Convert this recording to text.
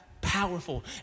powerful